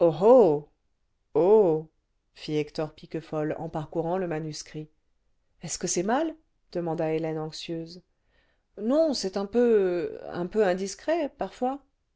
hector piquefol en parcourant le manuscrit est-ce que c'est mal demanda hélène anxieuse non c'est un peu un peu indiscret parfois